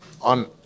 on